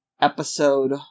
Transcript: episode